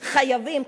חייבים,